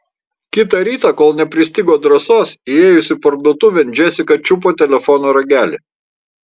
kitą rytą kol nepristigo drąsos įėjusi parduotuvėn džesika čiupo telefono ragelį